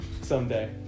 Someday